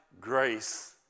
grace